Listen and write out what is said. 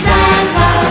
Santa